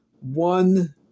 one